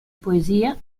poesia